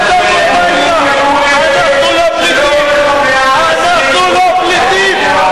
אנחנו לא פליטים.